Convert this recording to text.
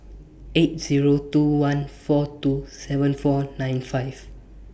eight Zero two one four two seven four nine five